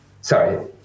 Sorry